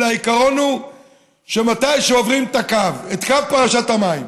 אלא העיקרון הוא מתי עוברים את קו פרשת המים,